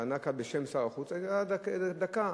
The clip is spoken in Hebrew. זה שענה בשם שר החוץ, התשובה היתה של דקה,